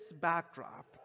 backdrop